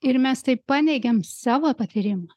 ir mes taip paneigiam savo patyrimą